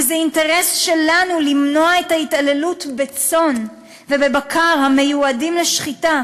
וזה אינטרס שלנו למנוע את ההתעללות בצאן ובבקר המיועדים לשחיטה